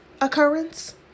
occurrence